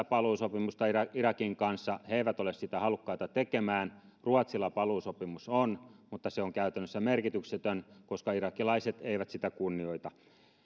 paluusopimusta irakin kanssa he eivät ole sitä halukkaita tekemään ruotsilla paluusopimus on mutta se on käytännössä merkityksetön koska irakilaiset eivät sitä kunnioita